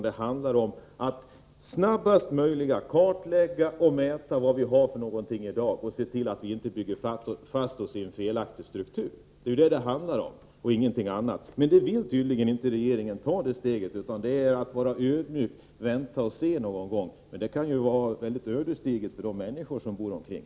Det handlar om att snabbast möjligt kartläga och mäta vad vi har i dag och se till att vi inte bygger fast oss i en felaktig struktur. Men det steget vill tydligen inte regeringen ta, utan regeringen vill vara ödmjuk och vänta och se. Det kan emellertid vara mycket ödesdigert för de människor som bor runt omkring.